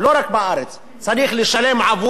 צריך לשלם עבור שידור ציבורי,